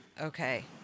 Okay